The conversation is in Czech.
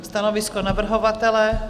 Stanovisko navrhovatele?